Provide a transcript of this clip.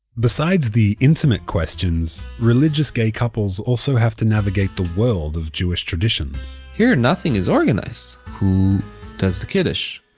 besides the intimate questions, religious gay couples also have to navigate the world of jewish traditions here, nothing is organized. who does the kiddish?